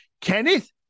Kenneth